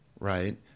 right